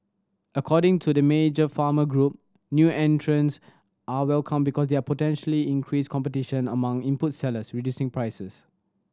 according to the major farmer group new entrants are welcome because they potentially increase competition among input sellers reducing prices